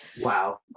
Wow